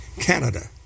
Canada